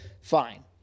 Fine